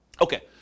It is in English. Okay